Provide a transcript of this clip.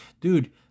dude